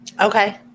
Okay